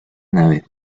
nave